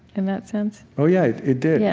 in that sense? oh, yeah, it did. yeah